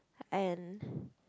and